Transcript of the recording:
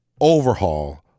overhaul